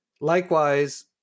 Likewise